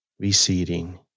receding